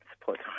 support